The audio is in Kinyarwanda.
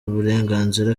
burenganzira